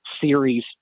series